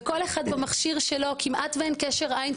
וכל אחד במכשיר שלו כמעט ואין קשר עין,